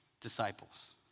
disciples